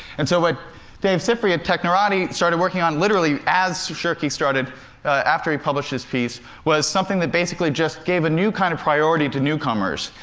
and so what dave sifry at technorati started working on, literally as shirky started after he published his piece was something that basically just gave a new kind of priority to newcomers.